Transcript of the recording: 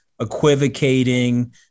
equivocating